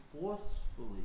forcefully